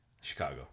Chicago